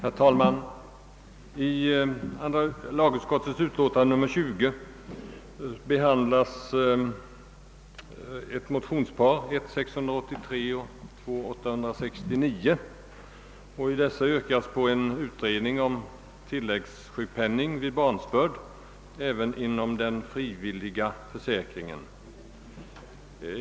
Herr talman! I andra lagutskottets utlåtande nr 20 behandlas motionsparet I: 683 och II: 869. I dessa motioner begärs en utredning om tilläggssjukpenning vid barnsbörd även inom den frivilliga sjukförsäkringen.